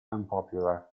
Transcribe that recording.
unpopular